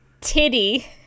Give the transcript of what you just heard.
Titty